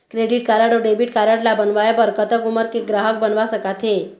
Credit card अऊ debit card ला बनवाए बर कतक उमर के ग्राहक बनवा सका थे?